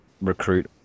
recruit